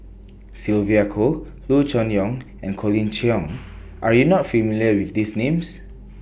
Sylvia Kho Loo Choon Yong and Colin Cheong Are YOU not familiar with These Names